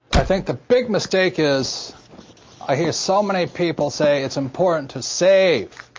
i think the big mistake is i hear so many people say it's important to save.